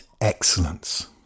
excellence